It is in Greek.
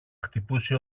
χτυπούσε